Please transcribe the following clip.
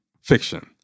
fiction